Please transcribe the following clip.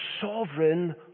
Sovereign